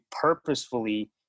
purposefully